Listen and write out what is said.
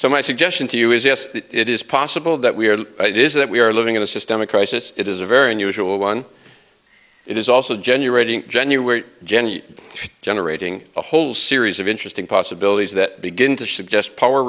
so my suggestion to you is yes it is possible that we are right is that we are living in a systemic crisis it is a very unusual one it is also generating january gen u generating a whole series of interesting possibilities that begin to suggest power